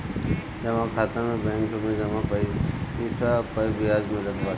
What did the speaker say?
जमा खाता में बैंक में जमा पईसा पअ बियाज मिलत बाटे